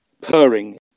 purring